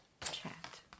chat